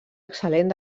excel·lent